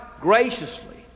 graciously